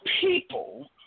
people